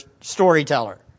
storyteller